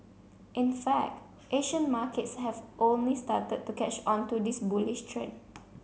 in fact Asian markets have only started to catch on to this bullish trend